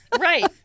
right